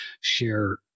share